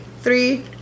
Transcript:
Three